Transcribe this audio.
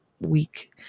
week